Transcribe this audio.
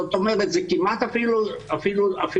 זאת אומרת, זה כמעט אפילו הפוך.